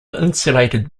insulated